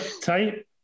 tight